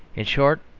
in short,